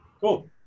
Cool